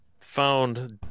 found